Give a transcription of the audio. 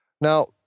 Now